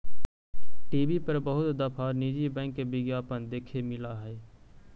TV पर बहुत दफा निजी बैंक के विज्ञापन देखे मिला हई